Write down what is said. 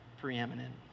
preeminent